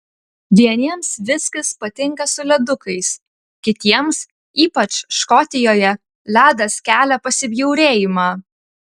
vieniems viskis patinka su ledukais kitiems ypač škotijoje ledas kelia pasibjaurėjimą